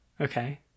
Okay